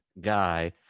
guy